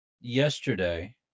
yesterday